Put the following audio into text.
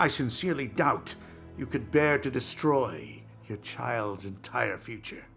i sincerely doubt you could bear to destroy your child's entire future